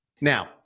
Now